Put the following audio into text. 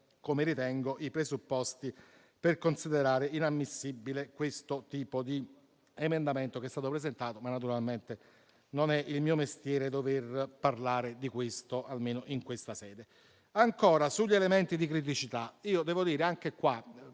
come ritengo, i presupposti per considerare inammissibile questo tipo di emendamento che è stato presentato. Naturalmente non è mio mestiere parlare di questo, almeno in questa sede. Ancora, sugli elementi di criticità, vorrei dirlo con